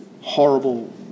horrible